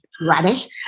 radish